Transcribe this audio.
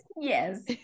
Yes